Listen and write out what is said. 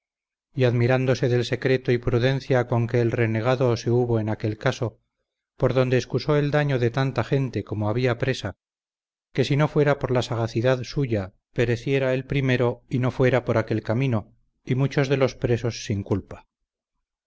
y admirándose del secreto y prudencia con que el renegado se hubo en aquel caso por donde excusó el daño de tanta gente como había presa que si no fuera por la sagacidad suya pereciera él primero si no fuera por aquel camino y muchos de los presos sin culpa